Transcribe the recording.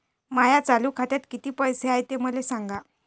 माया चालू खात्यात किती पैसे हाय ते मले सांगा